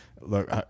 look